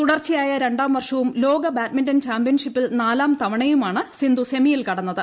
തുടർച്ചയായ രണ്ടാം വർഷവും ലോക ബാഡ്മിന്റൺ ചാമ്പ്യൻഷിപ്പിൽ നാലാം തവണയുമാണ് സിന്ധു സെമിയിൽ കട്ന്നത്